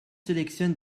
sélectionne